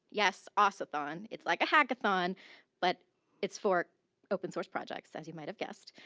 yes ossathon, it's like a hackathon but it's for open-source projects. as you might of guessed.